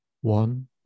One